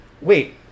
wait